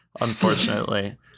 unfortunately